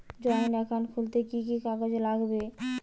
Joint account খুলতে কি কি কাগজ লাগবে?